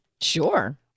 Sure